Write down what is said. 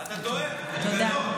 תודה.